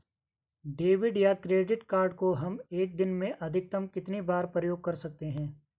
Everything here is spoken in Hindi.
डेबिट या क्रेडिट कार्ड को हम एक दिन में अधिकतम कितनी बार प्रयोग कर सकते हैं?